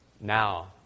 now